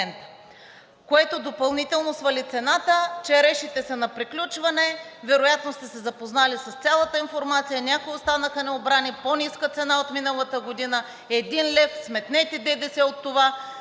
което допълнително свали цената. Черешите са на приключване, а вероятно сте се запознали с цялата информация – някои останаха необрани, има по-ниска цена от миналата година с един лев. Сметнете ДДС от това